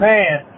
Man